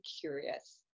curious